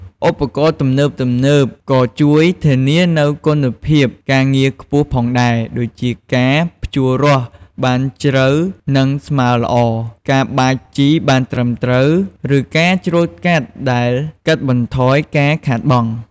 ឧបករណ៍ទំនើបៗក៏ជួយធានានូវគុណភាពការងារខ្ពស់ផងដែរ ដូចជាការភ្ជួររាស់បានជ្រៅនិងស្មើល្អ ការបាចជីបានត្រឹមត្រូវ ឬការច្រូតកាត់ដែលកាត់បន្ថយការខាតបង់។